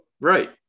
Right